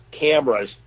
cameras